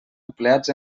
empleats